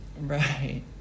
Right